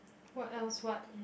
what else what